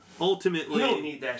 Ultimately